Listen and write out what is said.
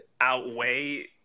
outweigh